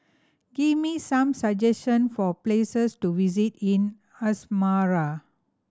give me some suggestion for places to visit in Asmara